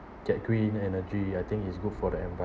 get green energy I think is good for the envir~